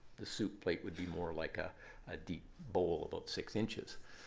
the soup plate would be more like a ah deep bowl about six inches.